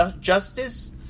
justice